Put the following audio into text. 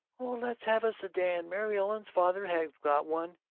oh, let's have a sedan! mary ellen's father has got one.